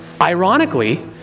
Ironically